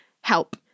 Help